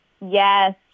Yes